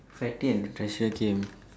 fatty and thrasher game